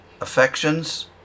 affections